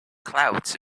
clouds